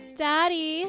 daddy